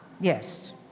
Yes